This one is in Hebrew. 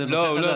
זה נושא חדש.